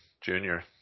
Junior